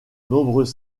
nombreux